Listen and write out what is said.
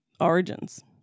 Origins